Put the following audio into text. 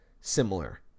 similar